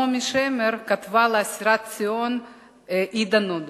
נעמי שמר כתבה לאסירת ציון אידה נודל: